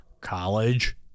college-